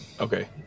Okay